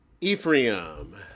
Ephraim